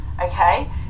okay